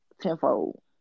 tenfold